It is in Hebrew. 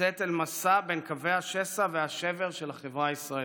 לצאת אל מסע בין קווי השסע והשבר של החברה הישראלית,